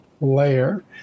layer